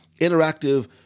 interactive